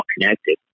connected